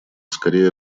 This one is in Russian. скорее